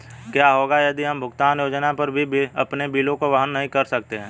क्या होगा यदि हम भुगतान योजना पर भी अपने बिलों को वहन नहीं कर सकते हैं?